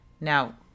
Now